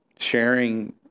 Sharing